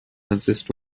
consist